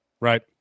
Right